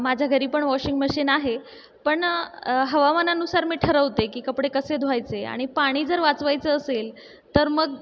माझ्या घरी पण वॉशिंग मशीन आहे पण हवामानानुसार मी ठरवते की कपडे कसे धुवायचे आणि पाणी जर वाचवायचं असेल तर मग